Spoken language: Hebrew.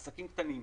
עסקים קטנים,